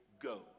go